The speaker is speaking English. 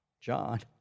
John